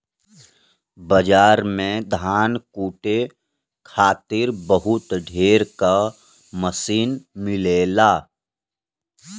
बाजार में धान कूटे खातिर बहुत ढेर क मसीन मिलेला